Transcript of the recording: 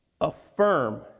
affirm